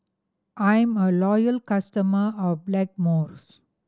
I'm a loyal customer of Blackmores